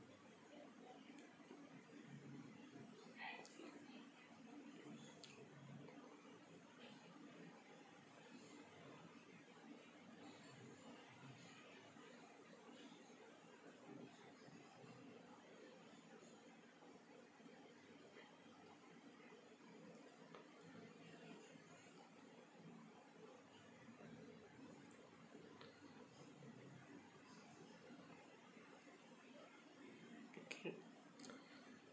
okay